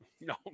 no